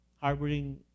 harboring